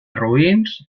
roïns